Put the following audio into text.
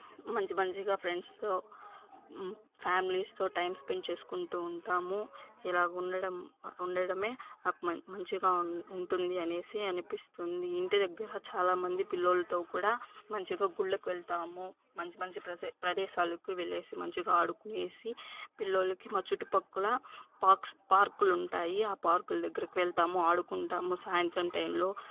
మంచి మంచిగా ఫ్రెండ్స్తో ఫ్యామిలీస్తో టైం స్పెండ్ చేసుకుంటూ ఉంటాము ఇలా ఉండడం ఉండడమే నాకు మంచి మంచిగా ఉంటుంది అనేసి అనిపిస్తుంది ఇంటిదగ్గర చాలామంది పిల్లలతో కూడా మంచిగా గుళ్లకు వెళ్తాము మంచి మంచి ప్రదే ప్రదేశాలకు వెళ్లేసి మంచిగా ఆడుకునేసి పిల్లోలకి మా చుట్టుపక్కల పార్క్స్ పార్కులు ఉంటాయి ఆ పార్కుల దగ్గరికి వెళ్తాము ఆడుకుంటాము సాయంత్రం టైంలో